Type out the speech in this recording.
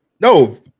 No